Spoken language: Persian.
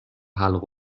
حلق